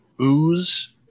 ooze